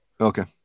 Okay